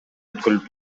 өткөрүлүп